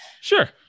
sure